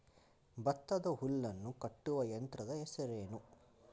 ಭತ್ತದ ಹುಲ್ಲನ್ನು ಕಟ್ಟುವ ಯಂತ್ರದ ಹೆಸರೇನು?